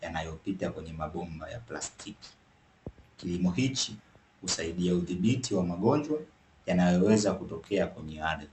yanayopita kwenye mabomba ya plastiki. Kilimo hiki husaidia udhibiti wa magonjwa yanayoweza kutokea kwenye ardhi.